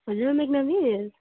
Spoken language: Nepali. हजुर मेघना मिस